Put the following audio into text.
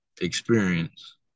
experience